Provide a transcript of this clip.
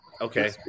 Okay